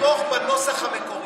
אנחנו רוצים לתמוך בנוסח המקורי.